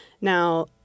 Now